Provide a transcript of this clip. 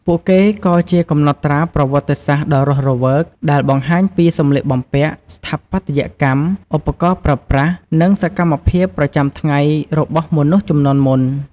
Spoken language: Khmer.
ពួកគេក៏ជាកំណត់ត្រាប្រវត្តិសាស្ត្រដ៏រស់រវើក ដែលបង្ហាញពីសម្លៀកបំពាក់ ស្ថាបត្យកម្ម ឧបករណ៍ប្រើប្រាស់ និងសកម្មភាពប្រចាំថ្ងៃរបស់មនុស្សជំនាន់មុន។